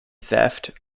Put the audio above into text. theft